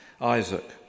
Isaac